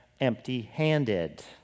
empty-handed